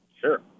Sure